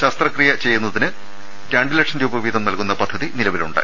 ശസ്ത്രക്രിയ ചെയ്യു ന്നതിനായി രണ്ട് ലക്ഷംരൂപവീതം നൽകുന്ന പദ്ധതി നിലവിലുണ്ട്